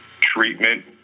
treatment